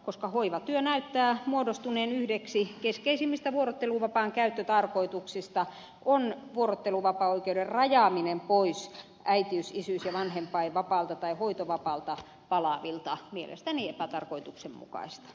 koska hoivatyö näyttää muodostuneen yhdeksi keskeisimmistä vuorotteluvapaan käyttötarkoituksista on vuorotteluvapaaoikeuden rajaaminen pois äitiys isyys ja vanhempainvapaalta tai hoitovapaalta palaavilta mielestäni epätarkoituksenmukaista